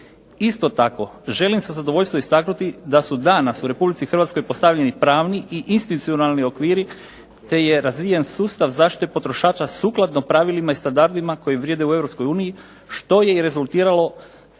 Isto tako želim sa zadovoljstvom istaknuti da su danas u Republici Hrvatskoj postavljeni pravni i institucionalni okviri te je razvijen sustav zaštite potrošača sukladno pravilima i standardima koji vrijede u Europskoj uniji što je rezultiralo